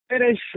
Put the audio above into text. finish